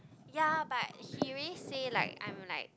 ya but he already say like I'm like